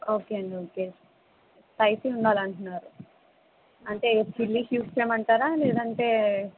okay అండి okay spicy ఉండాలంటన్నారు అంటే చిల్లి క్యూబ్స్ వేయమంటరా లేదంటే